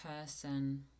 person